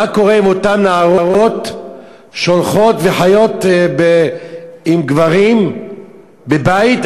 מה קורה עם אותן נערות שהולכות וחיות עם גברים בבית,